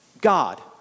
God